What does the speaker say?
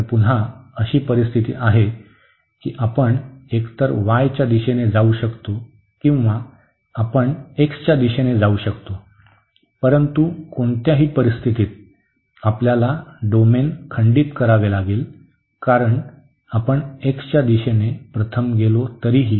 तर पुन्हा अशी परिस्थिती आहे की आपण एकतर y च्या दिशेने जाऊ शकतो किंवा आपण x च्या दिशेने जाऊ शकतो परंतु कोणत्याही परिस्थितीत आपल्याला डोमेन खंडित करावा लागेल कारण आपण x च्या दिशेने प्रथम गेलो तरीही